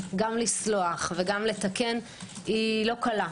גם לסלוח וגם לתקן - היא לא קלה.